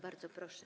Bardzo proszę.